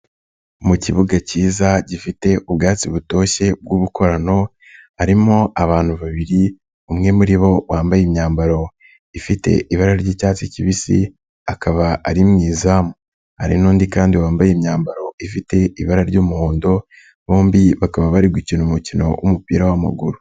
Mu kibuga kiza gifite ubwatsi butoshye bw'ubukorano harimo abantu babiri umwe muri bo wambaye imyambaro ifite ibara ry'icyatsi kibisi akaba ari mu izamu, hari n'undi kandi wambaye imyambaro ifite ibara ry'umuhondo, bombi bakaba bari gukina umukino w'umupira w'amaguru.